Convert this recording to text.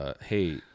Hey